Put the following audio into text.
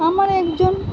আমার একজন